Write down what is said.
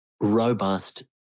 robust